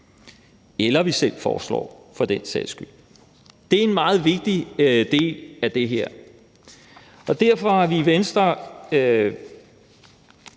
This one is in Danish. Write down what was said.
eller som vi selv foreslår for den sags skyld. Det er en meget vigtig del af det her. Derfor har vi i Venstre